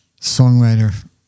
songwriter